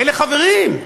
אלה חברים.